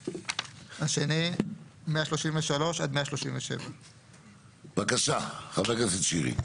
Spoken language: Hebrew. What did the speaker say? השני, 133 עד 137. בבקשה, חבר הכנסת שירי.